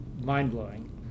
mind-blowing